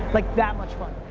like that much fun.